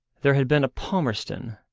there had been a palmerston,